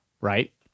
right